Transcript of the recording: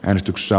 äänestyksessä